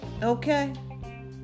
Okay